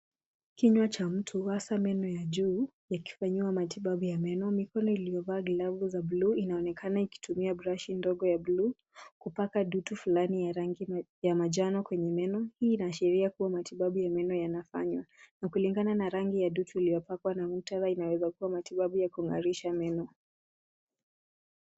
Kinywa cha mtu haswa meno ya juu, yakifanyiwa matibabi ya meno, mikoni iliova glavu za bluu, inaonekana ikitumia brushi ndogo ya bluu, kupaka dutu fulani ya rangi ya majano kwenye meno, hii inashiria kuwa matibabi ya meno ya yanafanywaa na kulingana na rangi ya dutu iliopakwa na mtu, inaweza kuwa matibabi ya kungarisha meno.